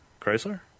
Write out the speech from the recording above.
Chrysler